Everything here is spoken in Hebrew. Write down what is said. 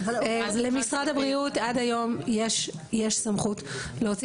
למשרד הבריאות עד היום יש סמכות להוציא